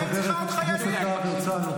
חבר הכנסת להב הרצנו.